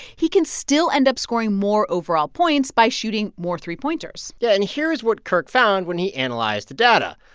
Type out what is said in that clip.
he can still end up scoring more overall points by shooting more three pointers yeah. and here is what kirk found when he analyzed the data.